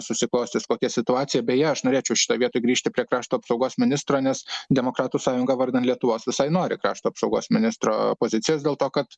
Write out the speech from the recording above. susiklostys kokia situacija beje aš norėčiau šitoj vietoj grįžti prie krašto apsaugos ministro nes demokratų sąjunga vardan lietuvos visai nori krašto apsaugos ministro pozicijos dėl to kad